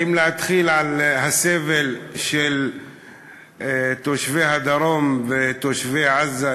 האם להתחיל בסבל של תושבי הדרום ותושבי עזה,